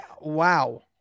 Wow